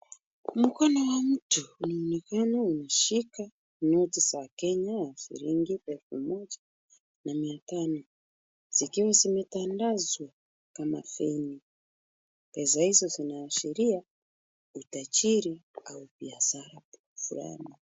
Mkono wa mtu unaonekana umeshika noti za Kenya ya shilingi elfu moja na mia tano zikiwa zimetandazwa kama feni. Pesa hizo zinaashiria utajiri au biashara fulani.